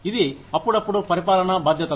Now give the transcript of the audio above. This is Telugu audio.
ఇది అప్పుడప్పుడు పరిపాలన బాధ్యతలు